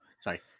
Sorry